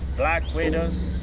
black widows